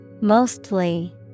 Mostly